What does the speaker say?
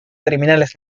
terminales